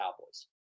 Cowboys